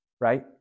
right